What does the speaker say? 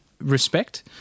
respect